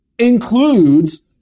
includes